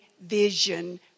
vision